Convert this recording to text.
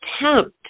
attempt